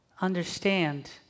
understand